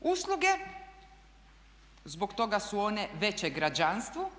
usluge. Zbog toga su one veće građanstvu.